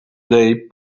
day